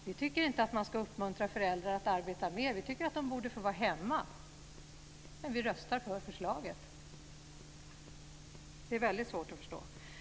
Vi tycker inte att man ska uppmuntra föräldrar att arbeta mer. Vi tycker att de borde få vara hemma. Men vi röstar för förslaget. Det är väldigt svårt att förstå.